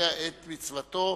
מבצע את מצוותו,